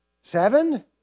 Seven